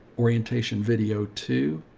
orientation video two,